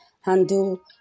handle